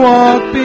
walk